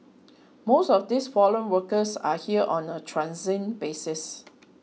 most of these foreign workers are here on a transient basis